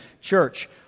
Church